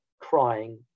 crying